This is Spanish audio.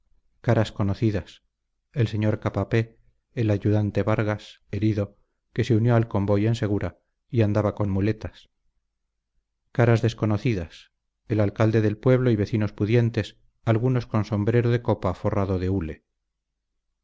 caras conocidas el sr capapé el ayudante vargas herido que se unió al convoy en segura y andaba con muletas caras desconocidas el alcalde del pueblo y vecinos pudientes algunos con sombrero de copa forrado de hule